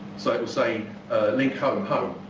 so it will say link home home,